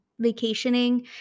vacationing